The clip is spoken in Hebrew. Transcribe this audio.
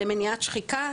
למניעת שחיקה.